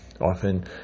Often